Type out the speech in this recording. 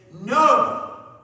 no